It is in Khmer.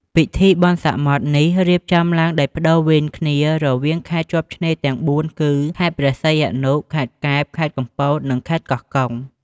ពិធីបុណ្យសមុទ្រនេះរៀបចំឡើងដោយប្តូរវេនគ្នារវាងខេត្តជាប់ឆ្នេរទាំងបួនគឺ ខេត្តព្រះសីហនុ ខេត្តកែប ខេត្តកំពត និងខេត្តកោះកុង។